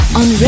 on